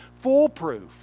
foolproof